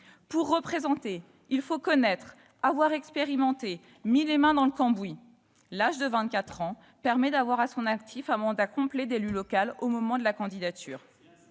Pour représenter, il faut connaître, avoir expérimenté, mis les mains dans le cambouis. L'âge de vingt-quatre ans permet d'avoir à son actif un mandat complet d'élu local au moment de la candidature.